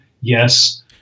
Yes